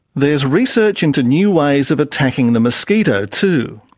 there's research into new ways of attacking the mosquito too.